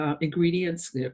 ingredients